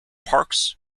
parks